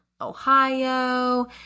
Ohio